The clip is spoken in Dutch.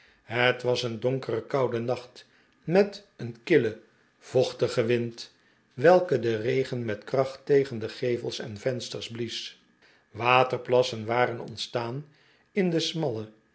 het was een donkere koude nacht met een killen vochtigen wind welke den regen met kracht tegen de gevels en vensters blies waterplassen waren ontstaah in de smalle